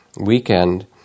weekend